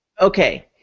Okay